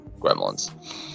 Gremlins